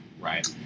Right